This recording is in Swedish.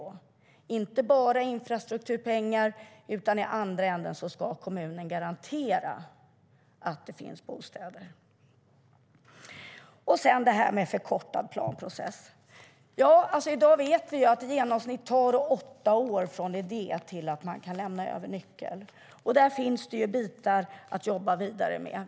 Det är inte bara infrastrukturpengar, utan i andra änden ska kommunen garantera att det finns bostäder. Sedan var det detta med förkortad planprocess. I dag vet vi att det tar i genomsnitt åtta år från idé tills nyckel kan lämnas över. Där finns det bitar att jobba vidare med.